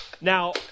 Now